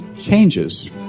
changes